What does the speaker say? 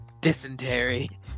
dysentery